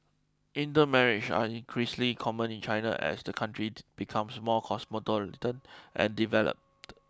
intermarriage are increasingly common in China as the country becomes more cosmopolitan and developed